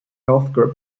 healthcare